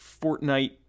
Fortnite